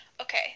okay